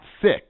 six